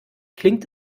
klingt